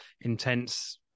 intense